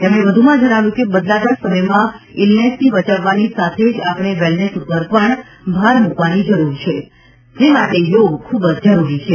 તેમણે વધુમાં જણાવ્યું હતું કે બદલાતા સમયમાં ઇલનેસથી બચાવવાની સાથે જ આપણે વેલનેસ પર ભાર મુકવાની જરૂર છે જે માટે યોગ ખૂબ જ જરૂરી છે